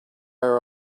our